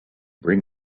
bring